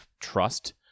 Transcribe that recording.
trust